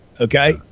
okay